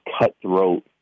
cutthroat